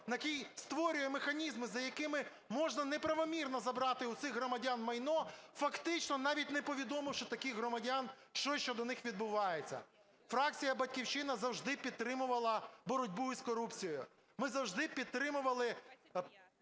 який створює механізми, за якими можна неправомірно забрати у цих громадян майно, фактично навіть не повідомивши таких громадян, що щодо них відбувається. Фракція "Батьківщина" завжди підтримувала боротьбу із корупцією. Ми завжди підтримували